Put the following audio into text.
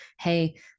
Hey